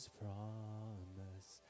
promise